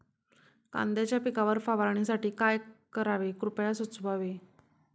कांद्यांच्या पिकावर फवारणीसाठी काय करावे कृपया सुचवावे